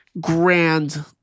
grand